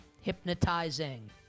hypnotizing